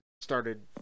started